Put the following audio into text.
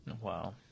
Wow